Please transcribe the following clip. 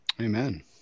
Amen